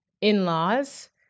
in-laws